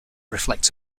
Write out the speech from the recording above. reflects